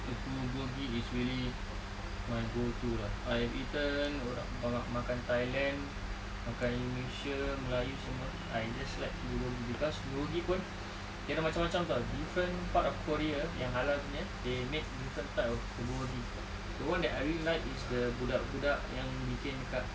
the bulgogi is really my got to lah I've eaten orang makan thailand makan indonesia melayu semua I just like bulgogi cause bulgogi pun kira macam-macam [tau] a different part of korea yang halal punya they make different type of bulgogi the one that I really like is the budak-budak yang bikin kat